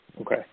Okay